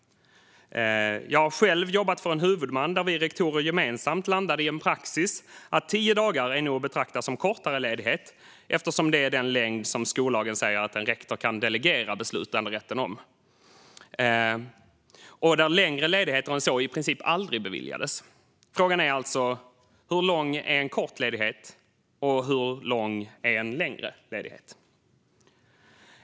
Jag har själv jobbat för en huvudman där vi rektorer gemensamt landade i en praxis att tio dagar nog är att betrakta som en kortare ledighet eftersom det är den längd skollagen säger att en rektor kan delegera beslutanderätten om. Längre ledigheter än så beviljades i princip aldrig. Frågan är alltså: Hur lång är en kort ledighet, och hur lång är en längre ledighet?